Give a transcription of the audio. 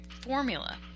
formula